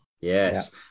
Yes